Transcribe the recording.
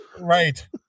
Right